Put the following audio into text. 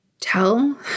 tell